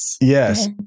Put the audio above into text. Yes